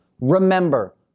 Remember